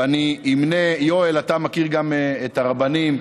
ואני אמנה, יואל, אתה מכיר גם את הרבנים: